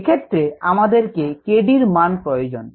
এক্ষেত্রে আমাদের কে k d র মান প্রয়োজন